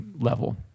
level